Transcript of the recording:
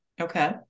Okay